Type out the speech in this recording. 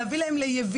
להביא להם ליבילים,